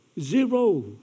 Zero